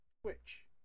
Twitch